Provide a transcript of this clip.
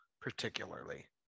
particularly